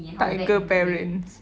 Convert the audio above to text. tiger parents